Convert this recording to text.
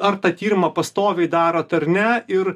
ar tą tyrimą pastoviai darot ar ne ir